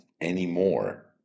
anymore